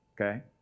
okay